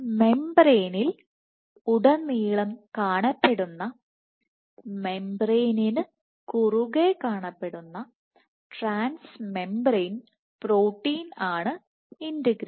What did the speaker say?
മെംബ്രേയ്നിൽ ഉടനീളം കാണപ്പെടുന്ന മെംബ്രേയ്നിനു കുറുകെ കാണപ്പെടുന്ന ട്രാൻസ്മെംബ്രേയ്ൻ പ്രോട്ടീൻ ആണ് ഇന്റഗ്രിൻ